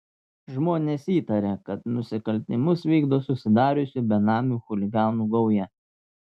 žmonės įtaria kad nusikaltimus vykdo susidariusi benamių chuliganų gauja